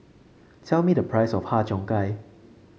tell me the price of Har Cheong Gai